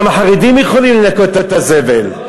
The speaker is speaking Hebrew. גם החרדים יכולים לנקות את הזבל.